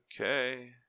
Okay